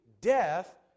death